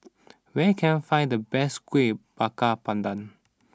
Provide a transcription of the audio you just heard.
where can I find the best Kueh Bakar Pandan